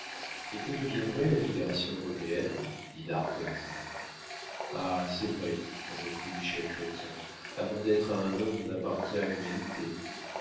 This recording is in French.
et que deviendrait la fédération européenne dit d'arthez ah c'est vrai reprit michel chrestien avant d'être à un homme on appartient à l'humanité